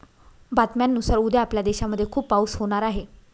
बातम्यांनुसार उद्या आपल्या देशामध्ये खूप पाऊस होणार आहे